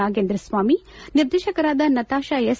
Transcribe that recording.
ನಾಗೇಂದ್ರ ಸ್ವಾಮಿ ನಿರ್ದೇಶಕರಾದ ನತಾಶ ಎಸ್